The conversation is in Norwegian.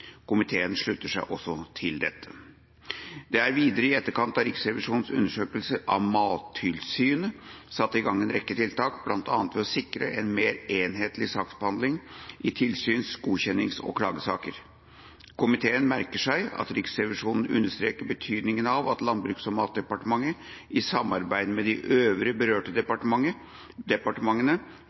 Komiteen slutter seg også til dette. Det er videre i etterkant av Riksrevisjonens undersøkelse av Mattilsynet satt i verk en rekke tiltak, bl.a. ved å sikre en mer enhetlig saksbehandling i tilsyns-, godkjennings- og klagesaker. Komiteen merker seg at Riksrevisjonen understreker betydninga av at Landbruks- og matdepartementet i samarbeid med de øvrige berørte departementene